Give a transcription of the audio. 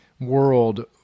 world